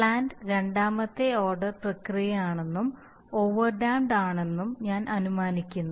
plant രണ്ടാമത്തെ order order പ്രക്രിയയാണെന്നും over damped ആണെന്നും ഞാൻ അനുമാനിക്കുന്നു